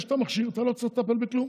ברגע שאתה מכשיר, אתה לא צריך לטפל בכלום